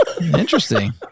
Interesting